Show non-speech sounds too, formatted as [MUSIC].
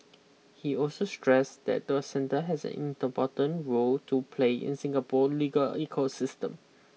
he also stressed that the centre has an [UNINTELLIGIBLE] role to play in Singapore legal ecosystem